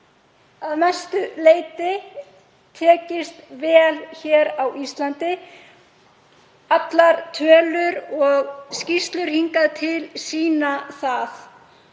að mestu leyti tekist vel hér á Íslandi. Allar tölur og skýrslur hingað til sýna það.